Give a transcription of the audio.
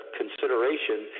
consideration